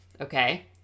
Okay